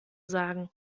sagen